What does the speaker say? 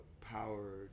power